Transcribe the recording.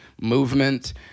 movement